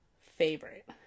Favorite